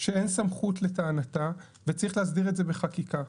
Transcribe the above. שאין סמכות לטענתה וצריך להסדיר את זה בחקיקה,